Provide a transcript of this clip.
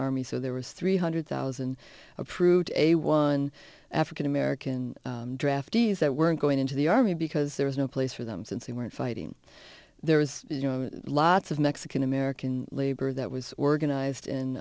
army so there was three hundred thousand approved a one african american draftees that weren't going into the army because there was no place for them since they weren't fighting there was you know lots of mexican american labor that was organized